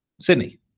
Sydney